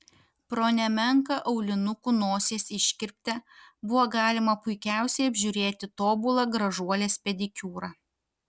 pro nemenką aulinukų nosies iškirptę buvo galima puikiausiai apžiūrėti tobulą gražuolės pedikiūrą